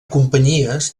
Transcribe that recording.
companyies